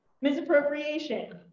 misappropriation